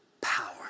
power